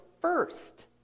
first